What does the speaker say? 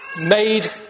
made